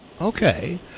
Okay